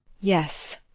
yes